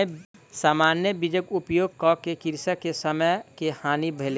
सामान्य बीजक उपयोग कअ के कृषक के समय के हानि भेलैन